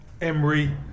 Emery